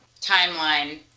timeline